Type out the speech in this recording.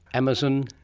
amazon,